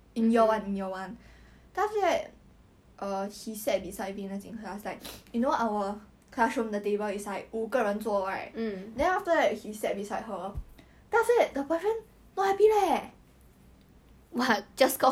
okay but he is interested but then he he didn't do anything to her oh 人家可以控制他们的 feelings meh obviously not right 你喜欢就喜欢 lah 他有男朋友 liao